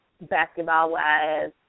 basketball-wise